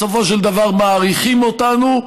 בסופו של דבר מעריכים אותנו,